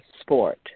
sport